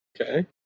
Okay